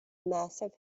massive